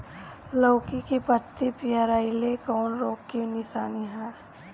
लौकी के पत्ति पियराईल कौन रोग के निशानि ह?